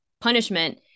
punishment